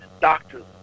doctors